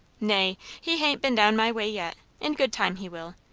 nay. he hain't been down my way yet. in good time he will.